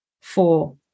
Four